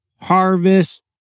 Harvest